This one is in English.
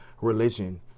religion